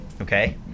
Okay